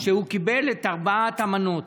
שקיבל את ארבע המנות.